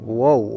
Whoa